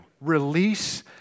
Release